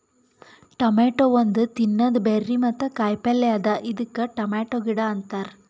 tomato ಒಂದ್ ತಿನ್ನದ berry ಮತ್ತ ಕಾಯಿ ಪಲ್ಯ ಅದಾ ಮತ್ತ ಇದಕ್ ಟೊಮೇಟೊ ಗಿಡ ಅಂತಾರ್